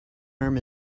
arm